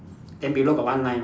then below got one line right